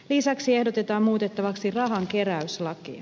lisäksi ehdotetaan muutettavaksi rahankeräyslakia